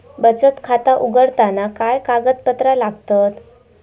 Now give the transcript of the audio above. बचत खाता उघडताना काय कागदपत्रा लागतत?